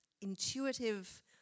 intuitive